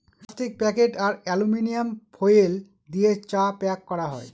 plastic packet আর aluminium foil দিয়ে চা প্যাক করা যায়